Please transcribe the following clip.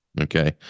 Okay